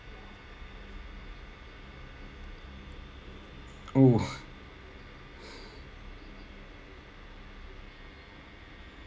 oh